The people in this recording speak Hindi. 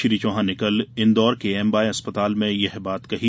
श्री चौहान ने कल इंदौर के एमवाय अस्पताल में यह बात कहीं